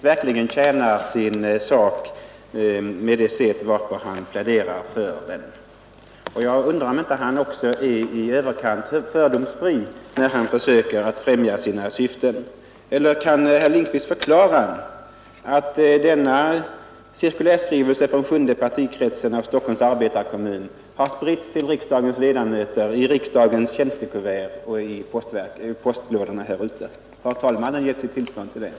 Herr talman! Jag är inte säker på om herr Lindkvist verkligen tjänar sin sak med det sätt varpå han pläderar för den. Jag undrar om han inte är i överkant fördomsfri, när han försöker främja sina syften. Kan herr Lindkvist förklara att denna cirkulärskrivelse från sjunde partikretsen av Stockholms arbetarekommun har spritts till riksdagens ledamöter i riksdagens tjänstekuvert och i postlådorna här ute? Har talmannen gett sitt tillstånd till detta?